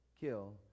kill